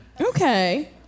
Okay